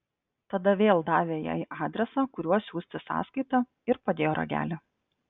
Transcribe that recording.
tada vėl davė jai adresą kuriuo siųsti sąskaitą ir padėjo ragelį